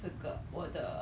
so very 麻烦